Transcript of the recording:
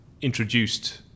introduced